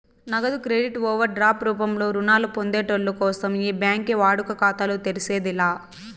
నగదు credit overdraft రూపంలో రుణాలు పొందేటోళ్ళ కోసం ఏ బ్యాంకి వాడుక ఖాతాలు తెర్సేది లా